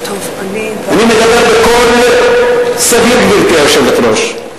אני מדבר בקול סביר, גברתי היושבת-ראש.